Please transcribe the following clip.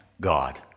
God